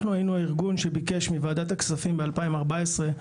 אנחנו היינו הארגון שביקש מוועדת הכספים ב-2013-2014